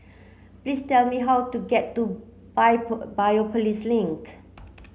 please tell me how to get to Biopolis Link